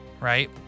right